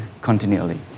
continually